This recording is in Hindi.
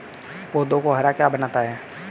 पौधों को हरा क्या बनाता है?